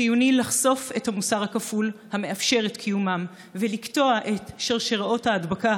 חיוני לחשוף את המוסר הכפול המאפשר את קיומם ולקטוע את שרשראות ההדבקה